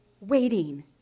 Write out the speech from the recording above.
waiting